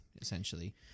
essentially